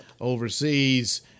overseas